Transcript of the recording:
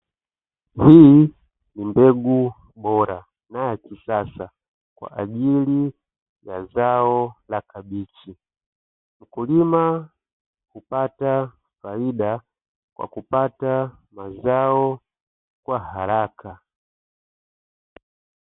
Hii ni mbegu bora na ya kisasa kwa ajili ya zao la kabichi. Mkulima hupata faida kwa kupata mazao kwa haraka.